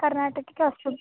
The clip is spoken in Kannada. ಕರ್ನಾಟಕಕ್ಕೆ ಹೊಸಬ್